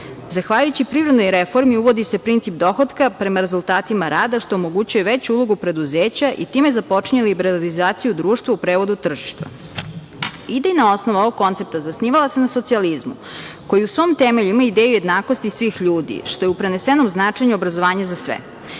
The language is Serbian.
značaj. Zahvaljujući privrednoj reformi, uvodi se princip dohotka prema rezultatima rada, što omogućuje veću ulogu preduzeća i time započinje liberalizaciju društva, u prevodu tržišta. Idejna osnova ovog koncepta zasnivala se na socijalizmu, koji u svom temelju ima ideju jednakost svih ljudi, što je u prenesenom značenju obrazovanje za sve.